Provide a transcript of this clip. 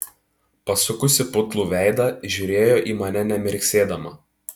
pasukusi putlų veidą žiūrėjo į mane nemirksėdama